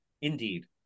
Indeed